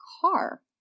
car